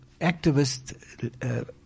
activist